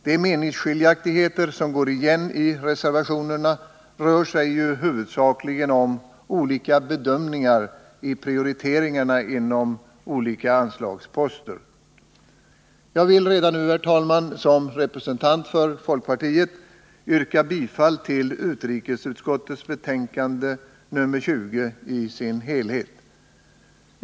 De meningsskiljaktigheter som går igen i reservationerna rör sig ju huvudsakligen om olika bedömningar i prioriteringarna av olika anslagsposter. Jag vill redan nu, herr talman, som representant för folkpartiet yrka bifall till hemställan i utrikesutskottets betänkande nr 20 i dess helhet.